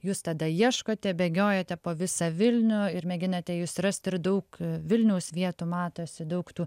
jūs tada ieškote bėgiojate po visą vilnių ir mėginate jus rasti ir daug vilniaus vietų matosi daug tų